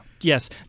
Yes